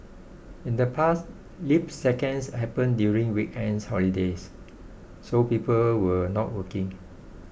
in the past leap seconds happened during weekends holidays so people were not working